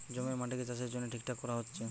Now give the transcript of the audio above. জমির মাটিকে চাষের জন্যে ঠিকঠাক কোরা হচ্ছে